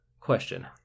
question